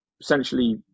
essentially